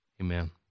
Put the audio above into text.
Amen